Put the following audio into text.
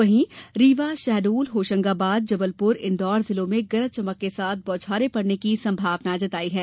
वहीं रीवा शहडोल होशंगाबाद जबलपुर इंदौर जिलों में गरज चमक के साथ बौछारें पड़ने की संभावना जताई है